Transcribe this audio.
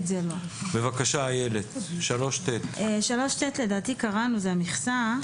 בבקשה, איילת, 3ט. 3ט לדעתי קראנו, זה המכסה,